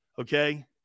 okay